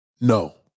No